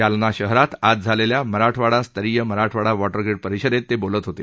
जालना शहरात आज झालेल्या मराठवाडास्तरीय मराठवाडा वॉटरग्रीड परिषदेत ते बोलत होते